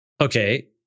okay